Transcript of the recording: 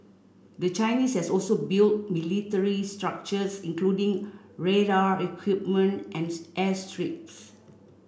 the Chinese has also built military structures including radar equipment as airstrips